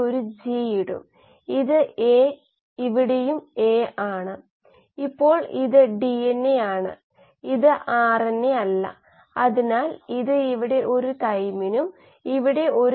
പിന്നെ r1 r2 എന്നിവ കണക്കാക്കുന്നതിലാണ് നമ്മൾ നോക്കുന്നതിവിടെ അതാണ് നമ്മൾ ഇവിടെ പറഞ്ഞത് ഇൻട്രാ സെല്ലുലാർ മെറ്റാബോലൈറ്റ് ഫ്ലക്സ് അല്ലെങ്കിൽ എക്സ്ട്രാ സെല്ലുലാർ മെറ്റാബോലൈറ്റ് നിരക്കുകളിൽ നിന്നുള്ള നിരക്ക്